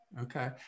okay